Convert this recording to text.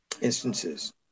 Instances